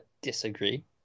disagree